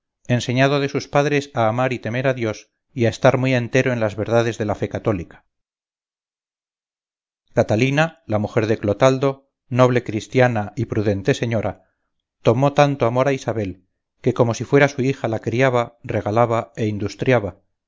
enseñado de sus padres a amar y temer a dios y a estar muy entero en las verdades de la fe cathólica catalina la mujer de clotaldo noble christiana y prudente señora tomó tanto amor a isabel que como si fuera su hija la criaba regalaba e industriaba